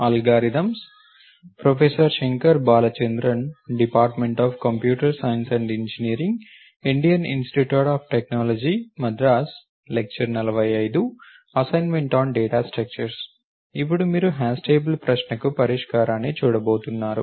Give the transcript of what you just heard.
assignments on data structures ఇప్పుడు మీరు hash table ప్రశ్నకు పరిష్కారాన్ని చూడబోతున్నారు